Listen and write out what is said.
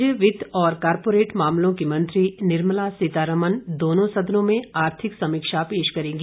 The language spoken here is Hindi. केन्द्रीय वित्त और कॉरपोरेट मामलों की मंत्री निर्मला सीतारमन दोंनो सदनों में आर्थिक समीक्षा पेश करेंगी